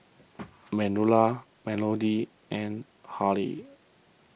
Manuela Melodee and Harvey